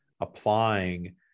applying